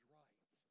right